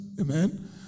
Amen